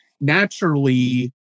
naturally